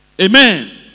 amen